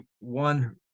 one